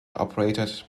operated